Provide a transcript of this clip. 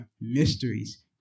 mysteries